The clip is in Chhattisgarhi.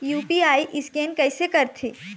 यू.पी.आई स्कैन कइसे करथे?